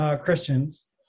Christians